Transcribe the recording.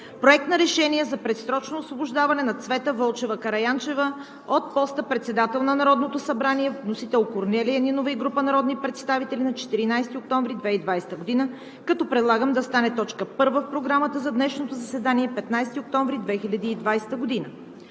Проект на Решение за предсрочно освобождаване на Цвета Вълчева Караянчева от поста председател на Народното събрание. Вносител – Корнелия Нинова и група народни представители на 14 октомври 2020 г., като предлагам да стане точка първа в Програмата за днешното заседание – 15 октомври 2020 г.